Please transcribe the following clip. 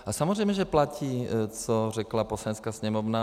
A samozřejmě že platí, co řekla Poslanecká sněmovna.